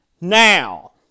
now